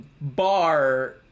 bar